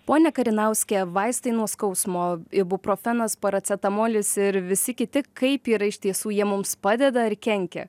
ponia karinauske vaistai nuo skausmo ibuprofenas paracetamolis ir visi kiti kaip yra iš tiesų jie mums padeda ar kenkia